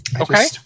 Okay